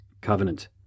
Covenant